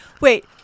Wait